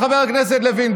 חבר הכנסת לוין?